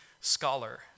scholar